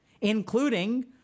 including